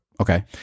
Okay